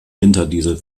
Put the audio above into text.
winterdiesel